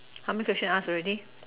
how many questions asked already